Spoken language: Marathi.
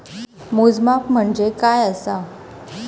मोजमाप म्हणजे काय असा?